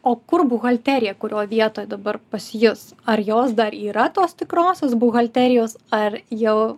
o kur buhalterija kurioj vietoj dabar pas jus ar jos dar yra tos tikrosios buhalterijos ar jau